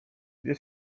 gdzie